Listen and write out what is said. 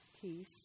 peace